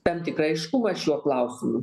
tam tikrą aiškumą šiuo klausimu